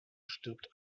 stirbt